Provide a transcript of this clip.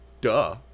Duh